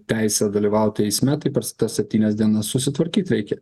teisė dalyvauti eisme tai per tas septynias dienas susitvarkyt reikia